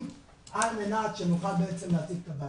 על מנת שנוכל בעצם להציג את הבעיה.